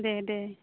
দে দে